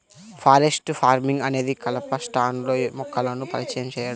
forest farming అనేది కలప స్టాండ్లో మొక్కలను పరిచయం చేయడం